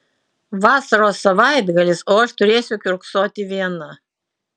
vasaros savaitgalis o aš turėsiu kiurksoti viena